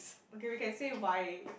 okay we can say why